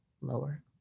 lower